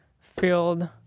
field